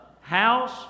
house